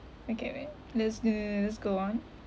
okay eh let's just go on